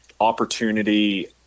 opportunity